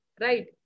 Right